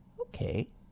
Okay